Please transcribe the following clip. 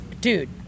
dude